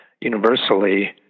universally